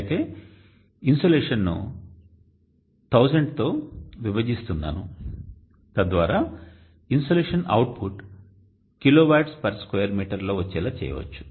అయితే ఇన్సోలేషన్ ను 1000 తో విభజిస్తున్నాను తద్వారా insolation output kilowatts per square meter లో వచ్చేలా చేయవచ్చు